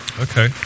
okay